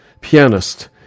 pianist